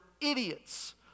idiots